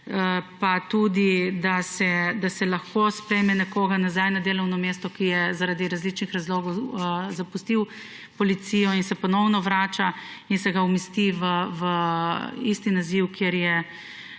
plače in da se lahko sprejme nekoga nazaj na delovno mesto, ki je zaradi različnih razlogov policijo zapustil in se ponovno vrača ter se umesti v isti naziv, kjer je